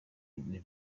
wine